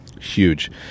huge